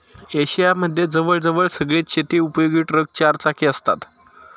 Asia मध्ये जवळ जवळ सगळेच शेती उपयोगी ट्रक चार चाकी असतात